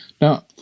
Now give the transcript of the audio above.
now